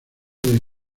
del